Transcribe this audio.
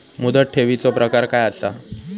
मुदत ठेवीचो प्रकार काय असा?